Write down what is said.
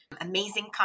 amazing